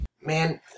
Man